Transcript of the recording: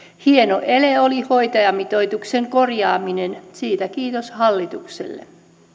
hieno ele oli hoitajamitoituksen korjaaminen siitä kiitos hallitukselle